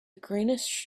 greenish